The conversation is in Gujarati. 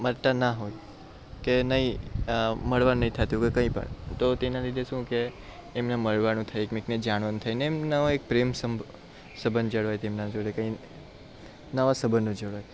મળતા ના હોય કે નહીં મળવાનું નહીં થતું હોય કંઈ પણ તો તેના લીધે શું કે એમને મળવાંનું થાય કોઈકને જાણવાનું થાય એમ નવા એક પ્રેમ સબંધ જળવાય તેમના જોડે કંઈ નવા સબંધો જળવાય